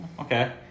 okay